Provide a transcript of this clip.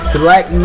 black